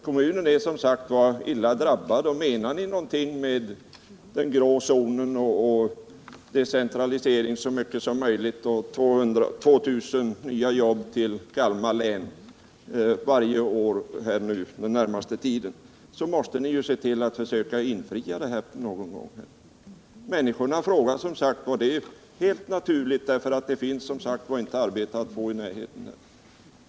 Kommunen är, som sagt, illa drabbad, och menar ni någonting med talet om den grå zonen, decentralisering i så stor utsträckning som möjligt och 2 000 nya jobb till Kalmar län varje år under den närmaste tiden, så måste ni se till att försöka infria dessa löften någon gång. Människorna i Högsby frågar. Det är helt naturligt, eftersom det inte finns arbete att få i närheten.